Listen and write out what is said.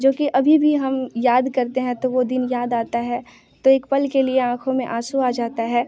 जो कि अभी भी हम याद करते हैं तो वो दिन याद आता है तो एक पल के लिए आँखों में आँसू आ जाते हैं